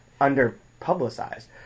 under-publicized